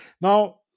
Now